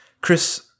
Chris